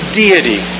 deity